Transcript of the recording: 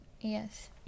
yes